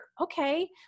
okay